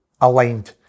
aligned